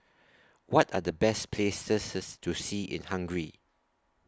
What Are The Best Places IS to See in Hungary